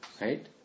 right